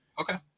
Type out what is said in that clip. Okay